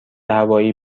هوایی